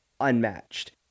unmatched